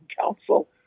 council